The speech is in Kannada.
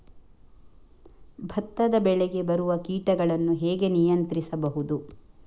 ಭತ್ತದ ಬೆಳೆಗೆ ಬರುವ ಕೀಟಗಳನ್ನು ಹೇಗೆ ನಿಯಂತ್ರಿಸಬಹುದು?